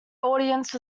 audience